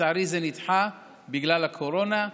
לצערי זה נדחה בגלל הקורונה.